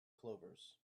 clovers